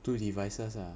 two devices ah